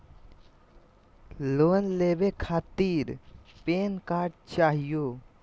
Loan लेवे खातीर PAN card चाहियो?